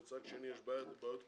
ומצד שני יש בעיות קואליציוניות,